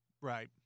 Right